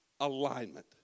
alignment